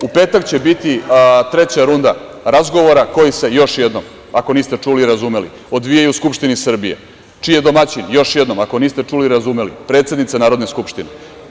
U petak će biti treća runda razgovora koji se, još jednom ako niste čuli i razumeli, odvijaju u Skupštini Srbije čiji je domaćin, još jednom ako niste čuli i razumeli, predsednica Narodne skupštine.